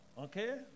Okay